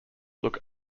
look